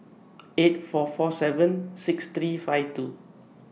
eight four four seven six three five two